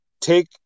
take